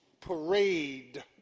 parade